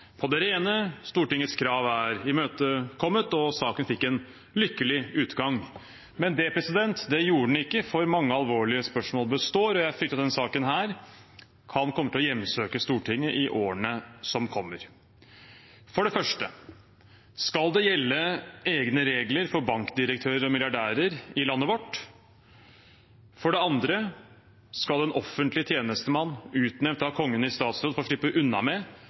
på det rene, Stortingets krav er imøtekommet, og saken fikk en lykkelig utgang. Men det gjorde den ikke, for mange alvorlige spørsmål består, og jeg frykter at denne saken kan komme til å hjemsøke Stortinget i årene som kommer. For det første: Skal det gjelde egne regler for bankdirektører og milliardærer i landet vårt? For det andre: Skal en offentlig tjenestemann utnevnt av Kongen i statsråd få slippe unna med